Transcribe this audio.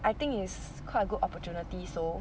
I think it's quite a good opportunity so